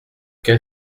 quel